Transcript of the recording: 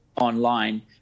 online